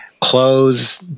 clothes